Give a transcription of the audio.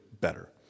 better